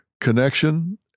connection